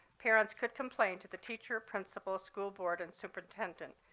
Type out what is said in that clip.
parents could complain to the teacher, principal, school board, and superintendent.